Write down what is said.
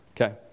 Okay